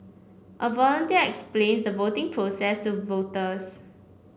a volunteer explains the voting process to voters